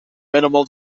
minimal